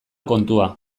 kontua